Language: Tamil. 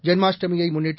ஜென்மாஷ்டமியைமுன்ளிட்டு